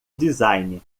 design